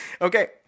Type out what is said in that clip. okay